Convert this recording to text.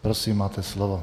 Prosím, máte slovo.